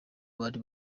bari